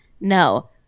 No